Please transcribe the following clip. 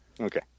Okay